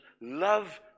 love